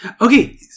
Okay